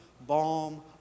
balm